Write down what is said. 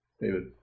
David